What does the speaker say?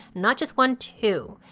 not just one. two.